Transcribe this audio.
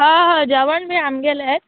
हय हय जेवण बी आमगेलेत